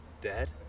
dead